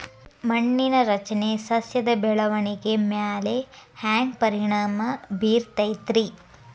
ಮಣ್ಣಿನ ರಚನೆ ಸಸ್ಯದ ಬೆಳವಣಿಗೆ ಮ್ಯಾಲೆ ಹ್ಯಾಂಗ್ ಪರಿಣಾಮ ಬೇರತೈತ್ರಿ?